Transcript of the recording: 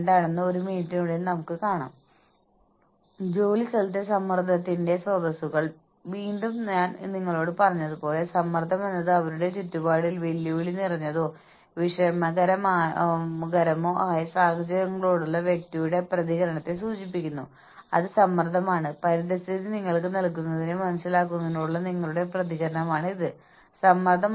എല്ലാ ടീമിലും നിങ്ങൾക്ക് വളരെ കഠിനാധ്വാനം ചെയ്യുന്ന ആളുകൾ ഉണ്ടായിരിക്കാം കൂടാതെ നിങ്ങൾക്ക് ഫ്രീ റൈഡർമാരും കഠിനാധ്വാനം ചെയ്യാത്തവരും ആ ടീമിന് നൽകുന്ന ആനുകൂല്യങ്ങൾ എടുക്കുകയും ചെയ്യാം